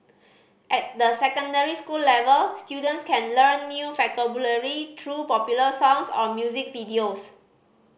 at the secondary school level students can learn new vocabulary through popular songs or music videos